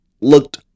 looked